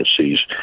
agencies